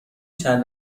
چند